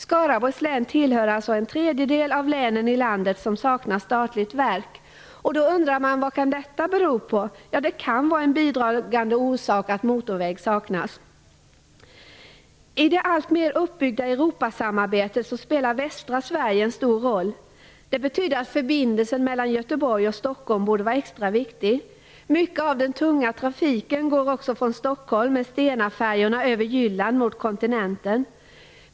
Skaraborgs län tillhör alltså den tredjedel av länen i landet som saknar statligt verk. Man undrar vad detta kan bero på. En bidragande orsak kan vara att motorväg saknas. I det alltmer uppbyggda Europasamarbetet spelar västra Sverige en stor roll. Detta betyder att förbindelsen mellan Göteborg och Stockholm borde vara extra viktig. Mycket av den tunga trafiken går också från Stockholm med Stenafärjorna över Jylland mot kontinenten.